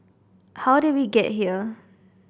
how did we get here